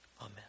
Amen